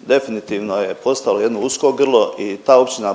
definitivno je postalo jedno usko grlo i ta Općina